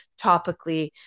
topically